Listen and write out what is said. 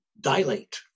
dilate